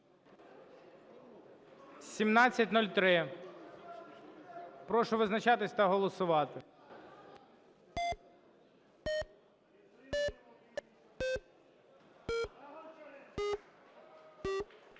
1711. Прошу визначатись та голосувати.